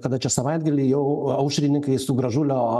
kada čia savaitgalį jau aušrininkai su gražulio